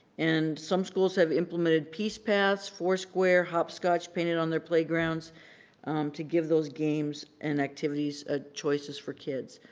and some schools have implemented peace paths, foursquare, hopscotch painted on their playgrounds to give those games and activities ah choices for kids.